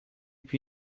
più